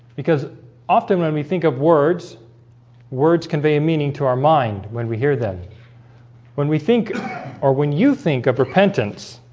because often when we think of words words convey a meaning to our mind when we hear that when we think or when you think of repentance.